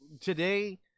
today